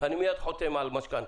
אני מייד חותם על משכנתה.